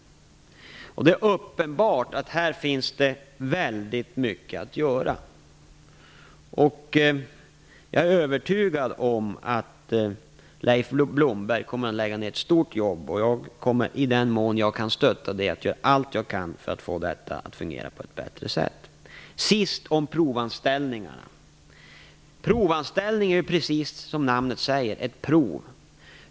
Det är uppenbart att här finns väldigt mycket att göra. Jag är övertygad om att Leif Blomberg kommer att lägga ned ett stort jobb. I den mån jag kan stötta det skall jag göra allt för att få detta att fungera på ett bättre sätt. Så om provanställningar. De är, som namnet säger, ett prov.